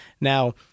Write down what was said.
Now